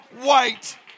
white